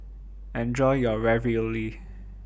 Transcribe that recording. Enjoy your Ravioli